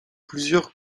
plusieurs